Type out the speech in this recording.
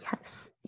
Yes